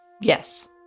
Yes